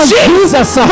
Jesus